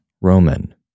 Roman